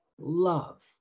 love